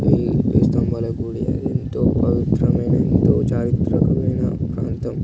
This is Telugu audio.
వెయ్యి వెయ్యి స్తంభాల గుడి అది పవిత్రమైన ఎంతో చారిత్రికమైన ప్రాంతం